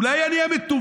אולי אני המטומטם,